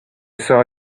saw